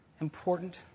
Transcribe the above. important